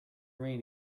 rain